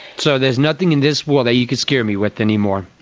so there's nothing in this world that you can scare me with any more.